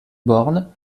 born